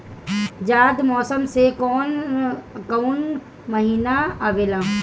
जायद मौसम में कौन कउन कउन महीना आवेला?